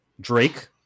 Drake